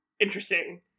interesting